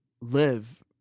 live